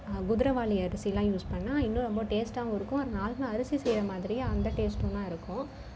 குதிரவாலி அரிசில்லாம் யூஸ் பண்ணால் இன்னும் ரொம்ப டேஸ்ட்டாகவும் இருக்கும் நார்மல்லா அரிசி செய்கிற மாதிரி அந்த டேஸ்டும் தான் இருக்கும்